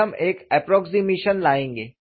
फिर हम एक अप्प्रोक्सिमशन लाएंगे